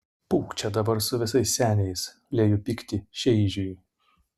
pūk čia dabar su visais seniais lieju pyktį šeižiui